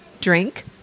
drink